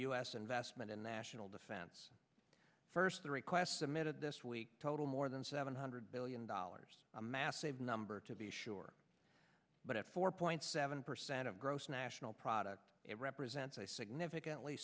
u s investment in national defense first the request submitted this week total more than seven hundred billion dollars a massive number to be sure but at four point seven percent of gross national product it represents a significantly